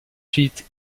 chiite